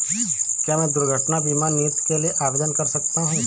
क्या मैं दुर्घटना बीमा नीति के लिए आवेदन कर सकता हूँ?